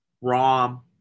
Rom